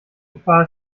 gefahr